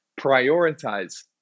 Prioritize